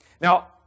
Now